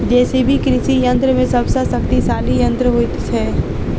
JCB कृषि यंत्र मे सभ सॅ शक्तिशाली यंत्र होइत छै